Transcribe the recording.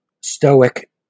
stoic